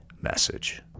message